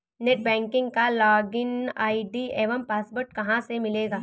Net banking का login ID एवं password कहाँ से मिलेगा?